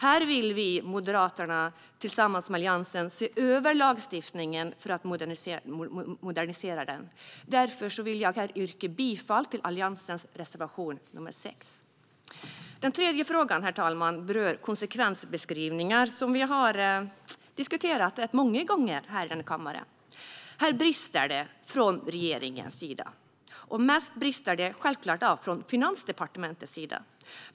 Här vill vi i Moderaterna tillsammans med övriga Alliansen se över lagstiftningen för att modernisera den. Därför vill jag yrka bifall till Alliansens reservation nr 6. Den tredje frågan, herr talman, rör konsekvensbeskrivningar, som vi har diskuterat rätt många gånger i kammaren. Här brister det från regeringens sida. Mest brister det självklart från Finansdepartementets sida.